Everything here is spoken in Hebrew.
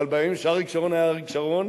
אבל בימים שאריק שרון היה אריק שרון,